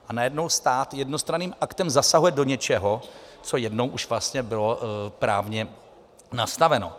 A najednou stát jednostranným aktem zasahuje do něčeho, co jednou už vlastně bylo právně nastaveno.